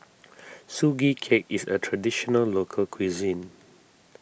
Sugee Cake is a Traditional Local Cuisine